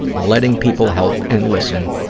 letting people help and listen,